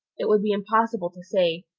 it would be impossible to say,